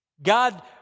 God